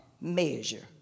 measure